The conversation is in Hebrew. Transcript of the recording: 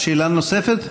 שאלה נוספת?